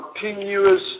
continuous